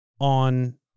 on